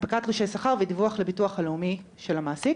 הנפקת תלושי שכר ודיווח לביטוח הלאומי של המעסיק.